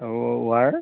wire